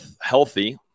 healthy